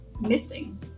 missing